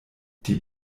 die